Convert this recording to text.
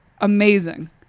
Amazing